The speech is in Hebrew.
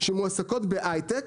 שמועסקות בהייטק